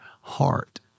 heart